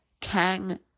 Kang